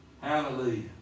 Hallelujah